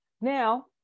Now